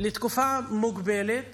לתקופה מוגבלת